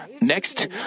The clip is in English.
Next